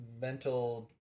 mental